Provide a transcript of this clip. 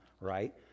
right